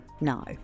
no